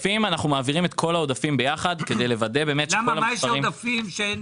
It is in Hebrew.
אנחנו פועלים בנושא הזה בעקבות החלטת הממשלה האחרונה שהייתה,